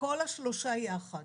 כל השלושה יחד,